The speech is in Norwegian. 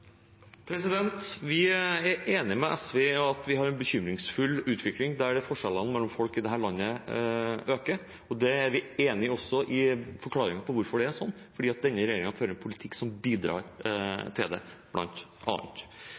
Vi er enig med SV i at vi har en bekymringsfull utvikling der forskjellene mellom folk i dette landet øker, og vi er også enig i forklaringen på hvorfor det er sånn – fordi denne regjeringen fører en politikk som bidrar til det,